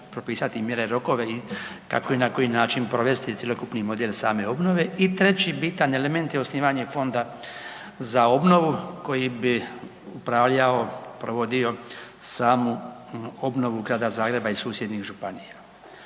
propisati mjere i rokove i kako i na koji način provesti cjelokupni model same obnove. I treći bitan element je osnivanje Fonda za obnovu koji bi upravljao i provodio samu obnovu Grada Zagreba i susjednih županija.